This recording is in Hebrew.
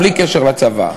בלי קשר לצבא.